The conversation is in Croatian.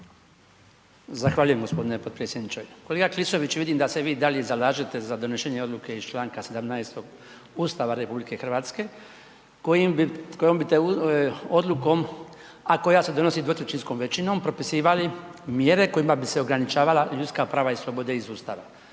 Zahvaljujem gospodine potpredsjedniče. Kolega Klisović vidim da se vi i dalje zalažete za donošenje odluke iz čl. 17. Ustava RH kojim bi odlukom, a koja se donosi dvotrećinskom većinom propisivali mjere kojima bi se ograničavala ljudska prava i slobode iz Ustava.